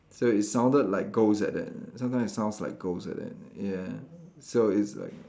so it sounded like ghost like that sometimes it sounds like ghost like that ya so it's like